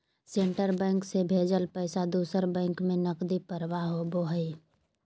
central bank से भेजल पैसा दूसर बैंक में नकदी प्रवाह होबो हइ